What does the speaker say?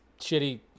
shitty